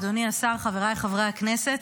אדוני השר, חבריי חברי הכנסת,